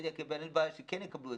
שהעובדים יקבלו, ולא הם.